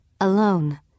Alone